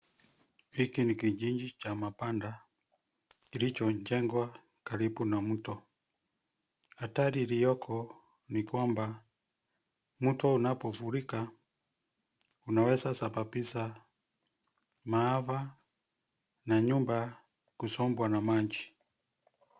Hiki ni kijiji cha mabanda kilichojengwa karibu na mto. Hatari iliyoko ni kwamba mto unapofurika, unaweza sababisha maafa na nyumba kusombwa na maji.